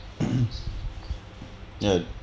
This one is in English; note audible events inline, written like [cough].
[coughs] ya